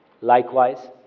likewise